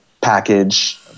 package